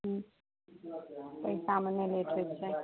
पैसामे नहि लेट होइके छै